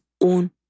own